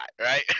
Right